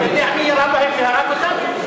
אתה יודע מי ירה בהם והרג אותם?